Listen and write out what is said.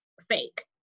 fake